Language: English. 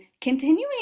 continuing